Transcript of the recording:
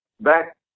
back